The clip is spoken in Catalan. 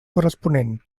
corresponent